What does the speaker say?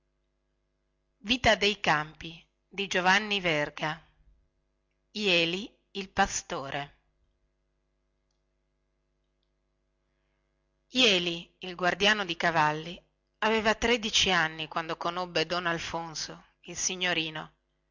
è stato riletto e controllato jeli il pastore jeli il guardiano di cavalli aveva tredici anni quando conobbe don alfonso il signorino